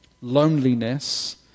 Loneliness